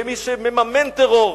במי שמממן טרור,